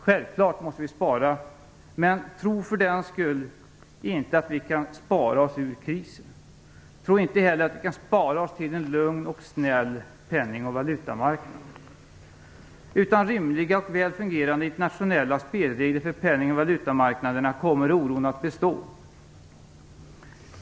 Självfallet måste vi spara, men tro för den sakens skull inte att vi kan spara oss ur krisen. Tro inte heller att vi kan spara oss till en lugn och snäll penning och valutamarknad. Utan rimliga och väl fungerande internationella spelregler för penning och valutamarknaderna kommer oron att bestå.